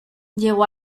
llegó